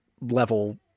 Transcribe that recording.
level